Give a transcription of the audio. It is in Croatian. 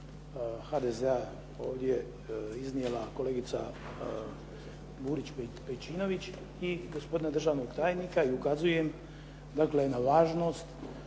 HDZ-a ovdje iznijela kolegica Burić Pejčinović i gospodina državnog tajnika. I ukazujem dakle na važnost